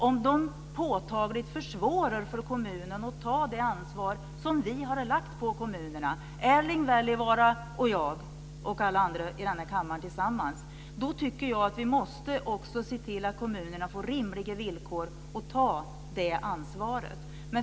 Om de påtagligt försvårar för kommunen att ta det ansvar som vi har lagt på kommunerna - Erling Wälivaara, jag och alla andra i denna kammare tillsammans - måste vi se till att kommunerna får rimliga villkor att ta det ansvaret.